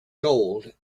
gold